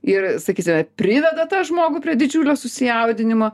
ir sakysime priveda tą žmogų prie didžiulio susijaudinimo